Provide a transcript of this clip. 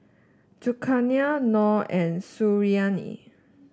Zulkarnain Noh and Suriani